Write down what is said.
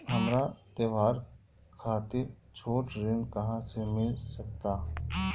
हमरा त्योहार खातिर छोट ऋण कहाँ से मिल सकता?